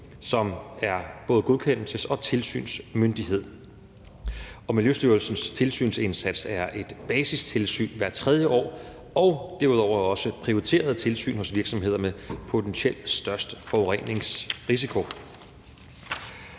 som er både godkendelses- og tilsynsmyndighed. Miljøstyrelsens tilsynsindsats er et basistilsyn hvert tredje år og derudover et prioriteret tilsyn hos virksomheder med størst potentiel forureningsrisiko.